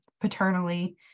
paternally